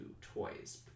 toys